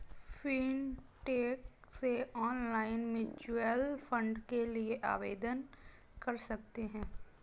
fintech से online mutual fund के लिए आवेदन कर सकते हैं